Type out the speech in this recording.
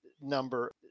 number